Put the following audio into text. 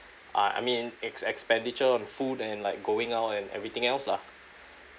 uh I mean it's expenditure on food and like going out and everything else lah